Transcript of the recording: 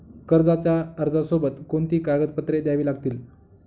कर्जाच्या अर्जासोबत कोणती कागदपत्रे द्यावी लागतील?